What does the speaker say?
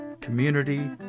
Community